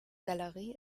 galerie